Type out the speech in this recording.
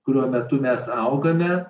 kurio metu mes augame